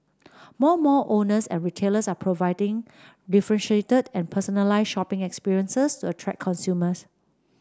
more mall owners and retailers are providing differentiated and personalised shopping experiences to attract consumers